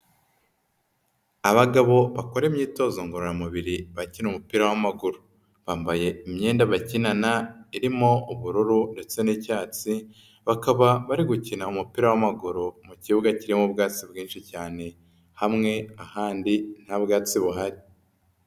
Abagabo bakora imyitozo ngororamubiri bakina umupira w'amaguru. Bambaye imyenda bakinana irimo ubururu ndetse n'icyatsi, bakaba bari gukina umupira w'amaguru mu kibuga kirimo ubwato bwinshi cyane hamwe ahandi nta bwatsi buhari.